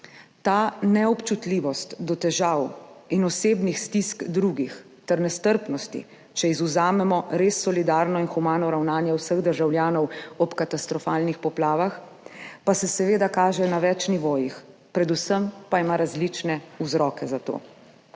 Ta neobčutljivost do težav in osebnih stisk drugih ter nestrpnost, če izvzamemo res solidarno in humano ravnanje vseh državljanov ob katastrofalnih poplavah, pa se seveda kažeta na več nivojih, predvsem pa so za to različni vzroki.